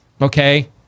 okay